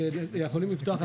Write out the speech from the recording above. שיכולים לפתוח.